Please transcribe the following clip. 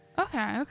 Okay